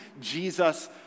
Jesus